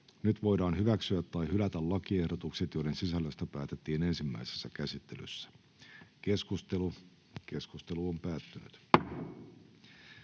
Nyt voidaan hyväksyä tai hylätä lakiehdotus, jonka sisällöstä päätettiin ensimmäisessä käsittelyssä. — Keskustelu, edustaja